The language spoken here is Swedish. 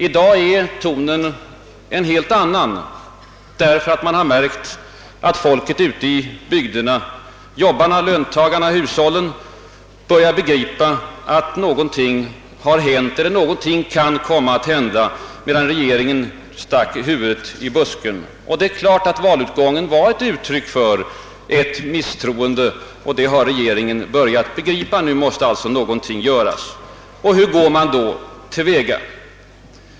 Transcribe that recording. I dag är tonen en helt annan, därför att man har märkt att folket ute i bygderna, jobbarna, löntagarna, hushållen, börjar begripa att någonting har hänt eller att någonting kan komma att hända, medan regeringen sticker huvudet i busken. Det är klart att valutgången var ett uttryck för ett misstroende, vilket regeringen nu börjat begripa. Nu måste alltså någonting göras. Hur går man då till väga?